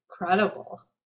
incredible